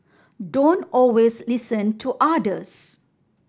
don't always listen to others